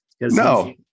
No